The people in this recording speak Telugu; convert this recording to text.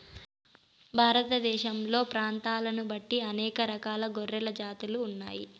భారతదేశంలో ప్రాంతాలను బట్టి అనేక రకాల గొర్రెల జాతులు ఉన్నాయి